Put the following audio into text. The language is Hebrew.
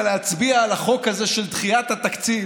להצביע על החוק הזה של דחיית התקציב,